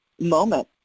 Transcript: moment